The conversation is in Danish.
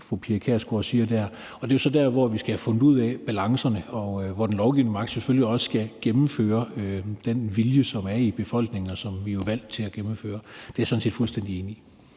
Det er så der, vi skal have fundet ud af balancerne. Den lovgivende magt skal selvfølgelig også gennemføre den vilje, som er i befolkningen, og som vi er valgt til at gennemføre. Det er jeg sådan set fuldstændig enig i.